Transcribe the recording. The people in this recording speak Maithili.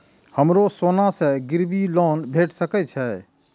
हमरो सोना से गिरबी लोन भेट सके छे?